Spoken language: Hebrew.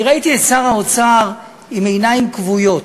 אני ראיתי את שר האוצר עם עיניים כבויות.